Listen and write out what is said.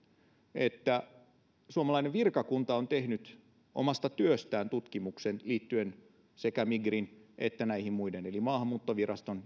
että suomalainen virkakunta on tehnyt omasta työstään tutkimuksen sekä migrin eli maahanmuuttoviraston